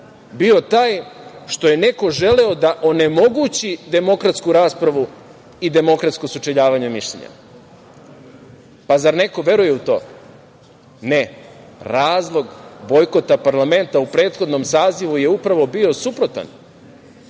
bio taj što je neko želeo da onemogući demokratsku raspravu i demokratsko sučeljavanje mišljenja. Zar neko veruje u to? Ne, razlog bojkota parlamenta u prethodnom sazivu je upravo bio suprotan.